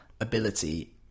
ability